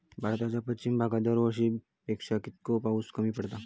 भारताच्या पश्चिम भागात दरवर्षी पेक्षा कीतको पाऊस कमी पडता?